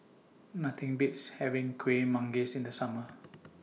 Nothing Beats having Kuih Manggis in The Summer